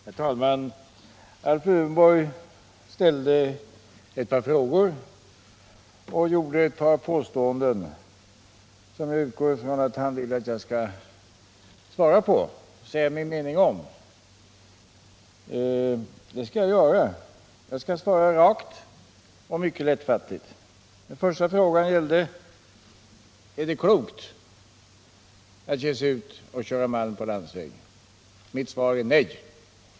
Herr talman! Alf Lövenborg ställde ett par frågor och gjorde ett par påståenden som jag utgår ifrån att han vill att jag skall säga min mening om. Det skall jag göra. Jag skall svara rakt och mycket lättfattligt. Den första frågan lydde: Är det klokt att ge sig ut och köra malm på landsväg? Mitt svar är nej.